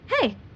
Hey